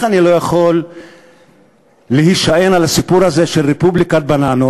מכיוון שאיך אני לא יכול להישען על הסיפור הזה של רפובליקת בננות,